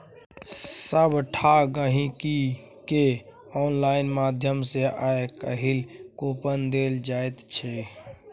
सभटा गहिंकीकेँ आनलाइन माध्यम सँ आय काल्हि कूपन देल जाइत छै